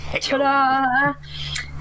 Ta-da